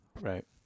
Right